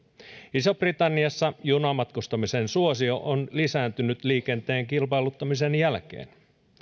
iso britanniassa junamatkustamisen suosio on lisääntynyt liikenteen kilpailuttamisen jälkeen